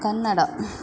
Kannada